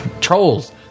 trolls